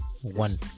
One